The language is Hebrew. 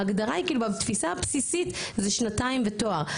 ההגדרה היא בתפיסה הבסיסית זה שנתיים ותואר,